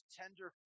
tender